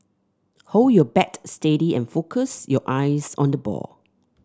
hold your bat steady and focus your eyes on the ball